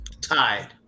Tied